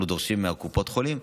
אנחנו דורשים מקופות החולים.